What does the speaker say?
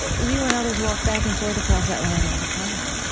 you and others walked back and forth across that line all the time.